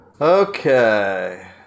Okay